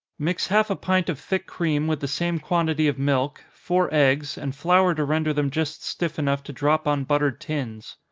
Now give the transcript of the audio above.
mix half a pint of thick cream with the same quantity of milk, four eggs, and flour to render them just stiff enough to drop on buttered tins.